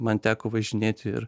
man teko važinėti ir